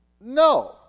No